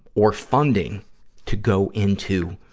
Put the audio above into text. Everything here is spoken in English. or funding to go into